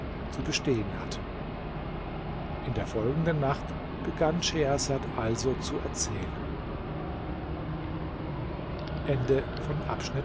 zu bestehen hatten in der folgenden nacht begann schehersad also zu erzählen